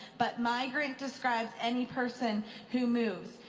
but migrant describes any person who moves,